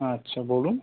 আচ্ছা বলুন